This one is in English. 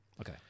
okay